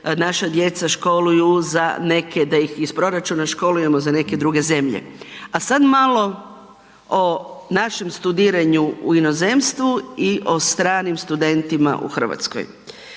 naša djeca školuju za neke, da ih iz proračuna školujemo za neke druge zemlje. A sad malo o našem studiranju u inozemstvu i o stranim studentima u Hrvatskoj.